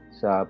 sa